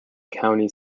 county